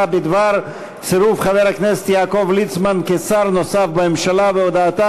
בדבר צירוף חבר הכנסת יעקב ליצמן כשר נוסף בממשלה,